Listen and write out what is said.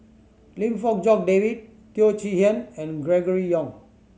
Lim Fong Jock David Teo Chee Hean and Gregory Yong